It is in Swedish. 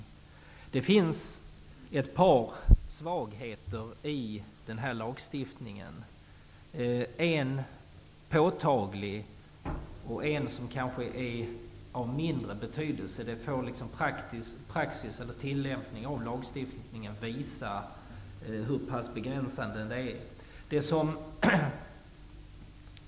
Men det finns ett par svagheter i lagstiftningen -- en påtaglig och en som kanske är av mindre betydelse. Praxis, tillämpningen av lagstiftningen, får visa hur pass begränsande detta är.